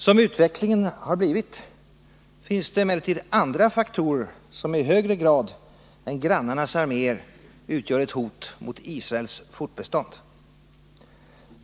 Som utvecklingen blivit finns det emellertid andra faktorer som i högre grad än grannarnas arméer utgör ett hot mot Israels fortbestånd.